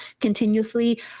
continuously